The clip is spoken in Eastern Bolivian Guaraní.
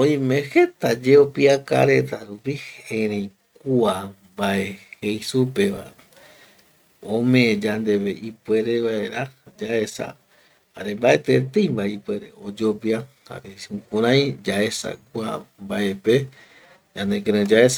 oime jeta yeopiaka reta rupi erei kua mbae jei supeva ome yande ipuere vaera yaesa jare mbaetieteima ipuere oyopia jare jukurai yaesa kua mbaepe ñanekirei yaesava